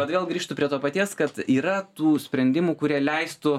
atgal grįžtu prie to paties kad yra tų sprendimų kurie leistų